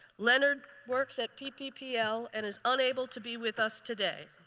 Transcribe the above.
leonard works at pppl and is unable to be with us today.